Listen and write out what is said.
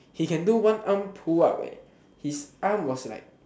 he can do one arm pull up eh his arm was like